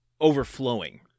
overflowing